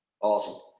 awesome